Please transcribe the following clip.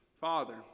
father